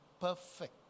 perfect